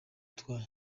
twa